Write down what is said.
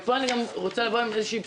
פה אני רוצה לבוא עם בשורה,